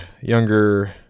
younger